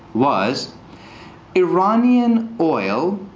was iranian oil